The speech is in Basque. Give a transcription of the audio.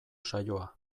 saioa